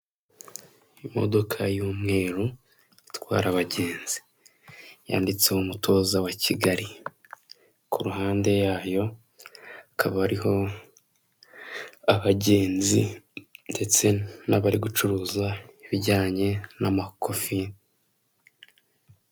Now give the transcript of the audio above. Imodoka y'umweru itwara abagenzi yanditseho umutoza wa Kigali ku ruhande yayo hakaba hariho abagenzi ndetse n'abari gucuruza ibijyanye n'amakofi.